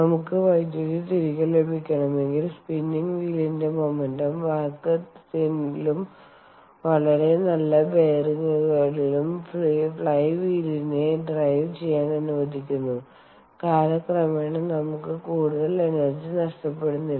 നമുക്ക് വൈദ്യുതി തിരികെ ലഭിക്കണമെങ്കിൽ സ്പിന്നിംഗ് വീലിന്റെ മോമെന്റും വാക്ക്കത്തിലും വളരെ നല്ല ബെയറിംഗുകളിലും ഫ്ലൈ വീലിനെ ഡ്രൈവ് ചെയ്യാൻ അനുവദിക്കുന്നു കാലക്രമേണ നമുക്ക് കൂടുതൽ എനർജി നഷ്ടപ്പെടുന്നില്ല